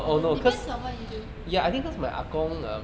I don't depends on what you do